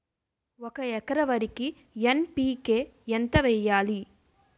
ఒక ఎకర వరికి ఎన్.పి కే ఎంత వేయాలి?